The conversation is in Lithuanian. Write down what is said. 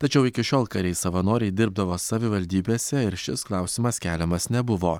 tačiau iki šiol kariai savanoriai dirbdavo savivaldybėse ir šis klausimas keliamas nebuvo